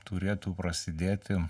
turėtų prasidėti